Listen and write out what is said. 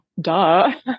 duh